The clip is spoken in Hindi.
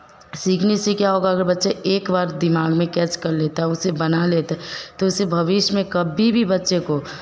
सीखने से क्या होगा अगर बच्चा एक बार दिमाग़ में कैच कर लेता उसे बना लेता है तो उसे भविष्य में कभी भी बच्चे को